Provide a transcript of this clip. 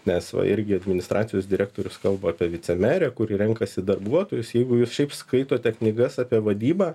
nes va irgi administracijos direktorius kalba apie vicemerę kuri renkasi darbuotojus jeigu jūs šiaip skaitote knygas apie vadybą